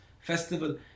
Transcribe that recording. festival